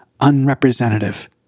unrepresentative